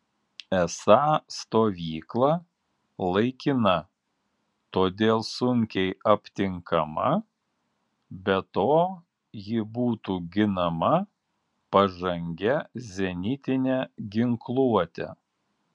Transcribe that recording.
esą stovykla laikina todėl sunkiai aptinkama be to ji būtų ginama pažangia zenitine ginkluote